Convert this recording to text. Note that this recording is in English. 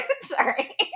sorry